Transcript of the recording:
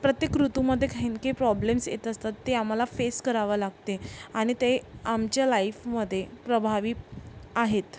प्रत्येक ऋतूमध्ये काही ना काही प्रॉब्लेम्स येत असतात ते आम्हाला फेस करावं लागते आणि ते आमच्या लाईफमध्ये प्रभावी आहेत